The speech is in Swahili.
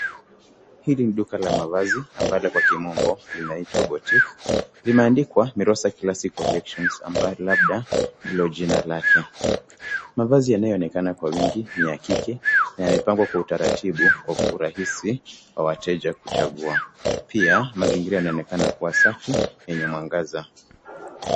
Hili ni duka la mavazi ambalo kwa kimombo linaitwa botique limeandikwa mirosa classical collections ambaye labda ndilo jina lake mavazi yanayoonekana kwa wingi ni ya kike na yamepangwa kwa utaratibu kwa urahisi wa wateja kuchagua pia mazingira yanaoonekana kua safi na yenye mwangaza.